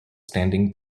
standing